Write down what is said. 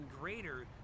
greater